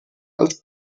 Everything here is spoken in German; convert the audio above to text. als